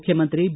ಮುಖ್ಯಮಂತ್ರಿ ಬಿ